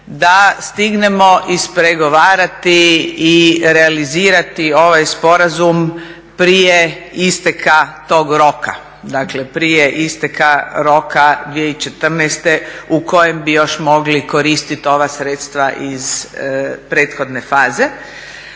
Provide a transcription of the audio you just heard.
da stignemo ispregovarati i realizirati ovaj sporazum prije isteka tog roka. Dakle, prije isteka roka 2014. u kojem bi još mogli koristiti ova sredstva iz prethodne faze.